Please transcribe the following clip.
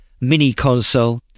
mini-console